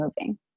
moving